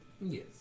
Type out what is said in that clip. Yes